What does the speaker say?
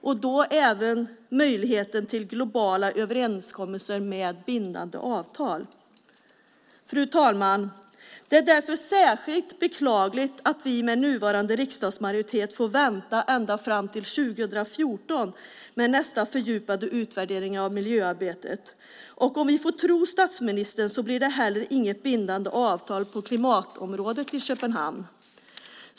Det gäller även möjligheten att åstadkomma globala överenskommelser med bindande avtal. Fru talman! Det är därför särskilt beklagligt att vi med nuvarande riksdagsmajoritet får vänta ändå fram till 2014 på nästa fördjupade utvärdering av miljöarbetet. Om vi får tro statsministern blir det inte heller något bindande avtal på klimatområdet i Köpenhamn.